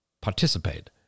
participate